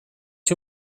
too